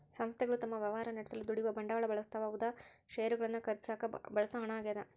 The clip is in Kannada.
ಸಂಸ್ಥೆಗಳು ತಮ್ಮ ವ್ಯವಹಾರ ನಡೆಸಲು ದುಡಿಯುವ ಬಂಡವಾಳ ಬಳಸ್ತವ ಉದಾ ಷೇರುಗಳನ್ನು ಖರೀದಿಸಾಕ ಬಳಸೋ ಹಣ ಆಗ್ಯದ